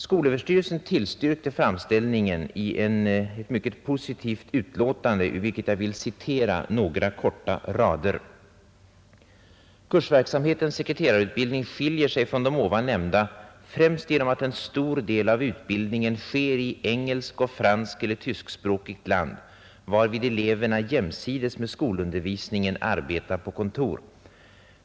Skolöverstyrelsen tillstyrkte framställningen i ett mycket positivt utlåtande, ur vilket jag vill citera några korta rader: ”Kursverksamhetens sekreterarutbildning skiljer sig från de ovan nämnda främst genom att en stor del av utbildningen sker i engelskoch franskeller tyskspråkigt land, varvid eleverna ju jämsides med skolundervisningen arbetar på kontor.